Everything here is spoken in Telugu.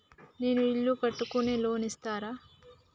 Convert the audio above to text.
నేను ఇల్లు కట్టుకోనికి లోన్ ఇస్తరా?